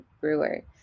Brewer